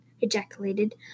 ejaculated